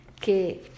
que